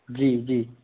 जी जी